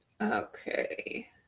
Okay